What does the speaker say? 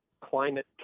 climate